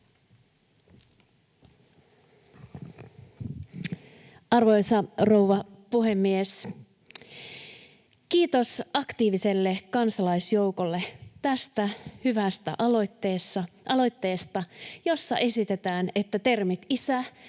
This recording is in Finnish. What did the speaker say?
Arvoisa rouva puhemies! Kiitos aktiiviselle kansalaisjoukolle tästä hyvästä aloitteesta, jossa esitetään, että termit ”isä”